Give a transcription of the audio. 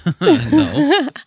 No